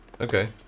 Okay